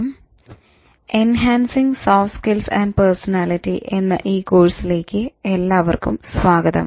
"enhancing soft skills and personality" എന്ന ഈ കോഴ്സിലേക്ക് എല്ലാവര്ക്കും സ്വാഗതം